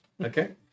Okay